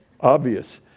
obvious